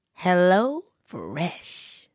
HelloFresh